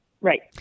Right